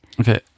Okay